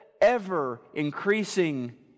ever-increasing